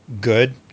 good